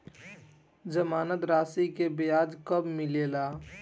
जमानद राशी के ब्याज कब मिले ला?